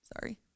sorry